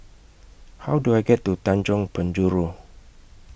How Do I get to Tanjong Penjuru